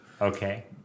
Okay